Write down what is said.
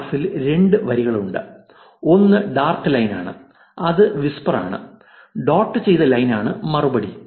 ഗ്രാഫിൽ രണ്ട് വരികളുണ്ട് ഒന്ന് ഡാർക്ക് ലൈൻ ആണ് അത് വിസ്പർ ആണ് ഡോട്ട് ചെയ്ത ലൈൻ ആണ് മറുപടി